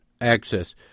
access